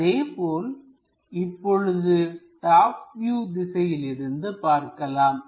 அதேபோல இப்போது top view திசையில் இருந்து பார்க்கலாம்